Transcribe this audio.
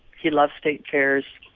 he loves state fairs.